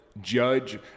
judge